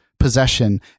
Possession